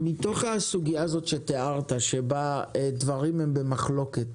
מתוך הסוגייה הזאת שתיארת, שבה דברים הם במחלוקת,